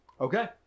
Okay